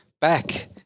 back